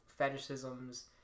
fetishisms